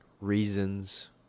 reasons